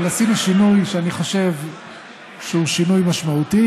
אבל עשינו שינוי שאני חושב שהוא שינוי משמעותי,